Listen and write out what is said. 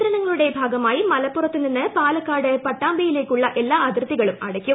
നിയന്ത്രണങ്ങളുടെ ഭാഗമായി മലപ്പുറത്തു നിന്ന് പാലക്കാട് പട്ടാമ്പിയിലേക്കുള്ള എല്ലാ അതിർത്തികളും അടയ്ക്കും